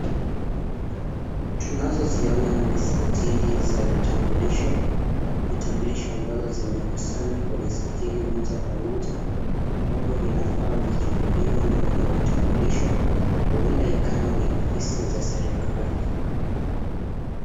Tunazoziona ni sajili za vitambulisho. Vitambulisho ambazo zimekusanywa kwenye sajili moja kwa moja. Ambavyo vinafaa vichukuliwe na wenye vitambulisho huenda ikawa ni ofisi za serikali.